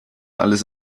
alles